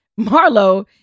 Marlo